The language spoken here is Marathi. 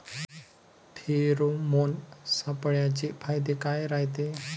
फेरोमोन सापळ्याचे फायदे काय रायते?